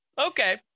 Okay